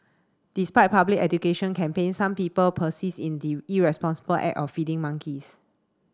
despite public education campaigns some people persist in the irresponsible act of feeding monkeys